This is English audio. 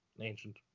ancient